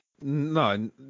No